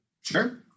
Sure